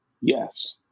yes